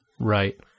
Right